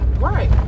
right